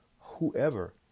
whoever